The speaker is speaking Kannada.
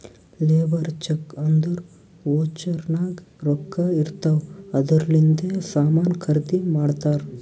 ಲೇಬರ್ ಚೆಕ್ ಅಂದುರ್ ವೋಚರ್ ನಾಗ್ ರೊಕ್ಕಾ ಇರ್ತಾವ್ ಅದೂರ್ಲಿಂದೆ ಸಾಮಾನ್ ಖರ್ದಿ ಮಾಡ್ತಾರ್